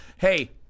Hey